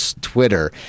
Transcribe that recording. Twitter